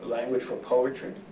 language for poetry,